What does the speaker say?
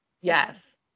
Yes